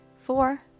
Four